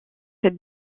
cette